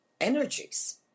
energies